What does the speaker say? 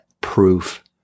Proof